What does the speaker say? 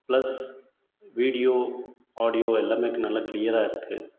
plus video audio எல்லாமே நல்ல கிளீயராக இருக்குது